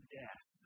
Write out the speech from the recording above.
death